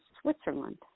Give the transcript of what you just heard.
Switzerland